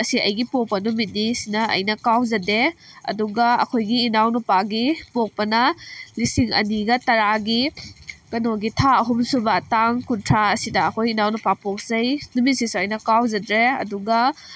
ꯑꯁꯦ ꯑꯩꯒꯤ ꯄꯣꯛꯄ ꯅꯨꯃꯤꯠꯅꯤ ꯁꯤꯅ ꯑꯩꯅ ꯀꯥꯎꯖꯗꯦ ꯑꯗꯨꯒ ꯑꯩꯈꯣꯏꯒꯤ ꯏꯅꯥꯎ ꯅꯨꯄꯥꯒꯤ ꯄꯣꯛꯄꯅ ꯂꯤꯁꯤꯡ ꯑꯅꯤꯒ ꯇꯔꯥꯒꯤ ꯀꯩꯅꯣꯒꯤ ꯊꯥ ꯑꯍꯨꯝꯁꯨꯕ ꯇꯥꯡ ꯀꯨꯟꯊ꯭ꯔꯥ ꯑꯁꯤꯗ ꯑꯩꯈꯣꯏ ꯏꯅꯥꯎ ꯅꯨꯄꯥ ꯄꯣꯛꯆꯩ ꯅꯨꯃꯤꯠꯁꯤꯁꯨ ꯑꯩꯅ ꯀꯥꯎꯖꯗ꯭ꯔꯦ ꯑꯗꯨꯒ